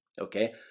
Okay